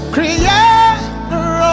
Creator